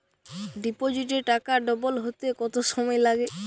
ডিপোজিটে টাকা ডবল হতে কত সময় লাগে?